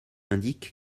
indique